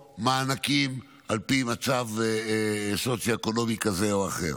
מענקים על פי מעמד סוציו-אקונומי כזה או אחר.